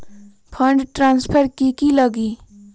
Fund transfer कि की लगी?